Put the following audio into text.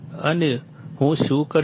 અને હું શું કરીશ